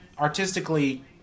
artistically